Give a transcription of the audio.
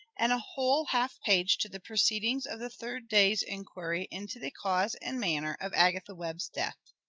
and a whole half-page to the proceedings of the third day's inquiry into the cause and manner of agatha webb's death.